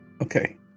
okay